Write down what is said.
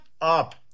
up